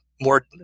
more